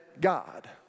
God